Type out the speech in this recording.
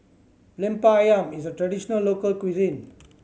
Lemper Ayam is a traditional local cuisine